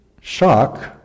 shock